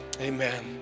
Amen